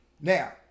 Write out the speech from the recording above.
Now